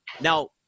Now